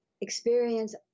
experience